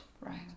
Right